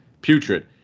putrid